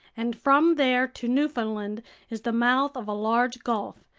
and from there to newfoundland is the mouth of a large gulf,